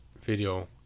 video